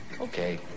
Okay